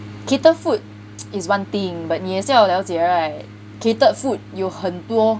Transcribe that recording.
cater food is one thing but 你也是要了解 right catered food 有很多